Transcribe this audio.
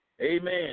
amen